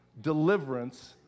deliverance